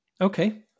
Okay